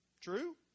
True